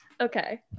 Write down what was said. Okay